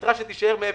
ביתרה שתישאר מעבר.